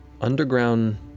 underground